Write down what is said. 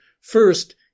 First